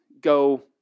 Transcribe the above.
go